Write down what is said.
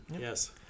Yes